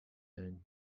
and